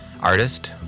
artist